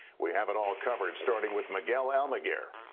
we have it all covered starting with miguel almaguer.